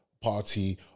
Party